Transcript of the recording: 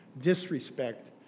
disrespect